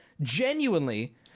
genuinely